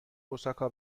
اوساکا